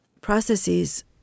processes